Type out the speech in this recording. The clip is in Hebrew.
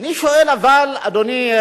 אבל אני שואל, אדוני,